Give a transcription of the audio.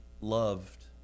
loved